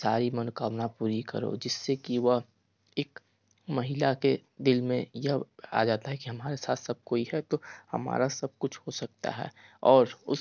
सारी मनोकामना पूरी करो जिससे कि वह एक महिला के दिल में यह आ जाता है कि हमारे साथ सब कोई है तो हमारा सब कुछ हो सकता है और उस